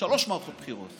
שלוש מערכות בחירות.